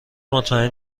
مطمئن